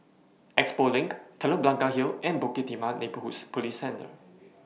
Expo LINK Telok Blangah Hill and Bukit Timah Neighbourhood Police Centre